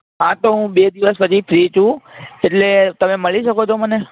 હા તો હું બે દિવસ પછી ફ્રી છું એટલે તમે મળી શકો છો મને